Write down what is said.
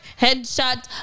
headshots